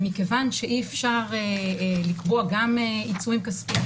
מכיוון שאי אפשר לקבוע גם עיצומים כספיים